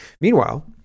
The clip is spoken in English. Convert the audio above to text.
meanwhile